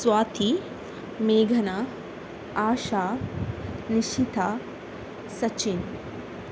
ಸ್ವಾತಿ ಮೇಘನಾ ಆಶಾ ನಿಶಿತಾ ಸಚಿನ್